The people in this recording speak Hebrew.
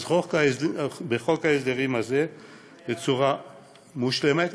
אז בחוק ההסדרים הזה בצורה מושלמת,